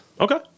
Okay